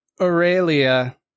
Aurelia